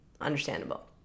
understandable